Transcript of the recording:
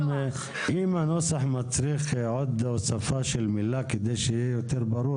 אם הנוסח מצריך הוספה של עוד מילה כדי שיהיה יותר ברור,